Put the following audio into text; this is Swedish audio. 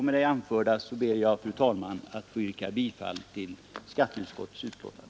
Med det anförda ber jag, fru talman, att få yrka bifall till skatteutskottets hemställan.